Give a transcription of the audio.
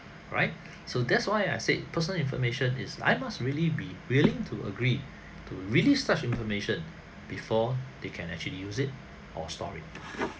right so that's why I said personal information is I must really be willing to agree to release such information before they can actually use it or store it